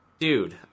dude